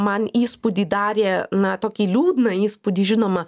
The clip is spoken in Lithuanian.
man įspūdį darė na tokį liūdną įspūdį žinoma